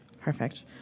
Perfect